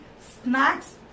snacks